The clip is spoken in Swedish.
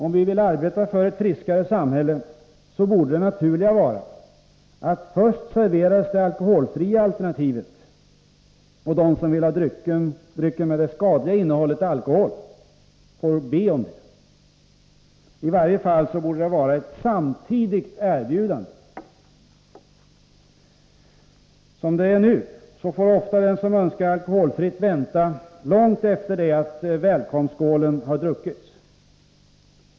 Om vi vill arbeta för ett friskare samhälle, borde det naturliga vara att vi såg till att man först serverar det alkoholfria alternativet och att de som önskar en dryck med ett skadligt innehåll, dvs. alkohol, får be om det. I varje fall borde gästerna erbjudas de båda alternativen samtidigt. Som det nu är får ofta den som önskar alkoholfri dryck vänta långt efter det att välkomstskålen har druckits.